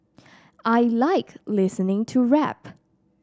I like listening to rap